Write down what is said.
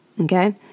Okay